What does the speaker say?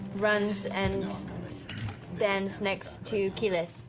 runs and stands next to keyleth.